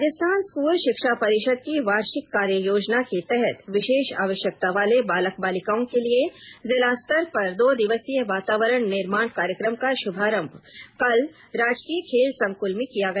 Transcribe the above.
Rajasthan school शिक्षा परिषद की वार्षिक कार्य योजना के तहत विशेष आवश्यकता वाले बालक बालिकाओं के लिये जिला स्तर पर दो दिवसीय वातावरण निर्माण कार्यकम का श्रभारम्भ कल राजकीय खेल संकुल में किया गया